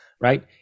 right